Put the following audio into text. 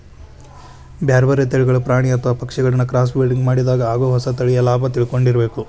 ಬ್ಯಾರ್ಬ್ಯಾರೇ ತಳಿಗಳ ಪ್ರಾಣಿ ಅತ್ವ ಪಕ್ಷಿಗಳಿನ್ನ ಕ್ರಾಸ್ಬ್ರಿಡಿಂಗ್ ಮಾಡಿದಾಗ ಆಗೋ ಹೊಸ ತಳಿಯ ಲಾಭ ತಿಳ್ಕೊಂಡಿರಬೇಕು